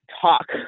talk